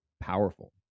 powerful